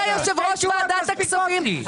אתה יושב ראש ועדת הכספים,